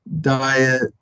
diet